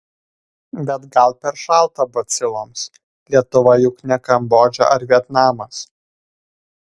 bet gal per šalta baciloms lietuva juk ne kambodža ar vietnamas